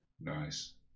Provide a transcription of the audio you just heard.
Nice